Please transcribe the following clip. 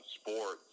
sports